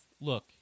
Look